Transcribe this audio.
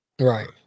Right